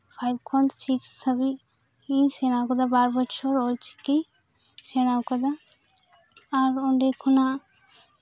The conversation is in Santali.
ᱯᱷᱟᱭᱤᱵᱷ ᱠᱷᱚᱱ ᱥᱤᱠᱥ ᱦᱟᱵᱤᱡ ᱤᱧ ᱥᱮᱬᱟᱣᱟᱠᱟᱫᱟ ᱵᱟᱨ ᱵᱚᱪᱷᱚᱨ ᱚᱞᱪᱤᱠᱤ ᱥᱮᱬᱟᱣ ᱠᱟᱫᱟ ᱟᱨ ᱚᱸᱰᱮ ᱠᱷᱚᱱᱟᱜ